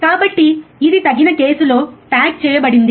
కాబట్టి ఇది తగిన కేసులో ప్యాక్ చేయబడింది